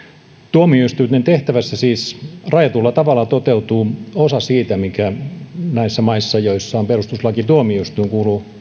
tuomioistuinten tehtävässä siis rajatulla tavalla toteutuu osa siitä mikä niissä maissa joissa on perustuslakituomioistuin kuuluu